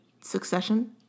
succession